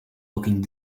looking